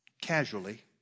casually